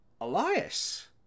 Elias